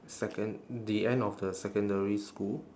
second~ the end of the secondary school